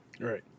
right